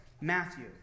Matthew